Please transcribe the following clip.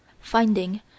finding